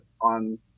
on